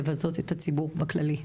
לבזות את הציבור בכללי.